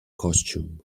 costume